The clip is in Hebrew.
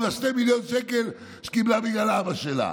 2 מיליון שקלים שקיבלה בגלל אבא שלה,